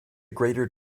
greater